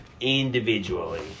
individually